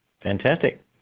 fantastic